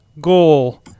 goal